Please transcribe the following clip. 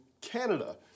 Canada